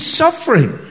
suffering